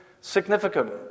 significant